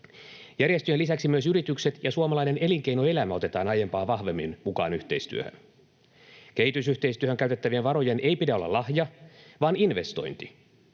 Järjestöjen lisäksi myös yritykset ja suomalainen elinkeinoelämä otetaan aiempaa vahvemmin mukaan yhteistyöhön. Kehitysyhteistyöhön käytettävien varojen ei pidä olla lahja, vaan investointi.